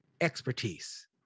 expertise